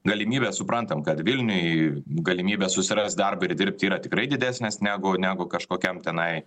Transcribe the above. galimybę suprantam kad vilniuj galimybė susirast darbą ir dirbti yra tikrai didesnės negu negu kažkokiam tenai